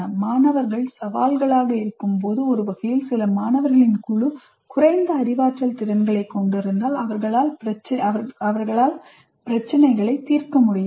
மாணவர்கள் சவால்களாக இருக்கும்போது ஒரு வகையில் சில மாணவர்களின் குழு குறைந்த அறிவாற்றல் திறன்களைக் கொண்டிருந்தால் அவர்களால் பிரச்சினைகளை தீர்க்க முடியாது